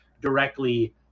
directly